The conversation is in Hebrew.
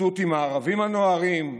אחדות עם הערבים הנוהרים,